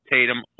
Tatum